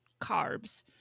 carbs